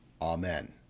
Amen